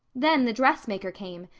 then the dressmaker came,